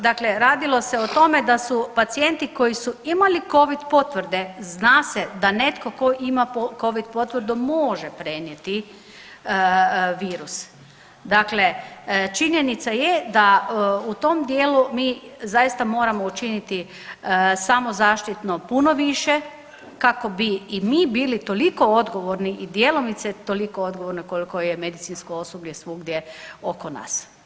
Dakle radilo se o tome da su pacijenti koji su imali Covid potvrde, zna se da netko tko ima Covid potvrdu može prenijeti virus, dakle činjenica je da u tom dijelu mi zaista moramo učiniti samozaštitno puno više kako bi i mi bili toliko odgovorni i djelomice toliko odgovorni koliko je medicinsko osoblje svugdje oko nas.